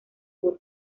sur